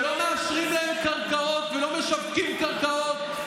לא מאשרים להם קרקעות ולא משווקים קרקעות.